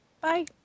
Bye